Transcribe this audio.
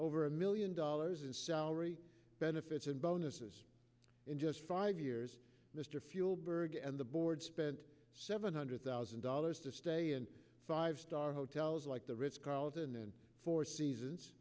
over a million dollars in salary benefits and bonuses in just five years mr fuel burge and the board spent seven hundred thousand dollars to stay in five star hotels like the ritz carlton and four seasons